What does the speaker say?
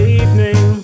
evening